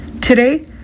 Today